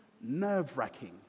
nerve-wracking